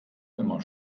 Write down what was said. immer